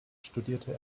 studierte